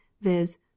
viz